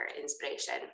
inspiration